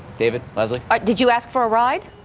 david was like i did you ask for a ride.